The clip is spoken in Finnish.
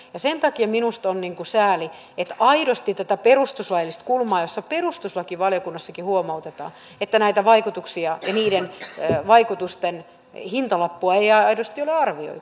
sen takia minusta on sääli että ei aidosti nähdä tätä perustuslaillista kulmaa kun perustuslakivaliokunnastakin huomautetaan että näitä vaikutuksia ja niiden vaikutusten hintalappua ei aidosti ole arvioitu